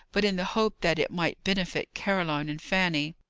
but in the hope that it might benefit caroline and fanny.